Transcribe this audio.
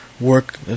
work